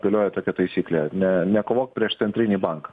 galioja tokia taisyklė ne nekovok prieš centrinį banką